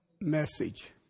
message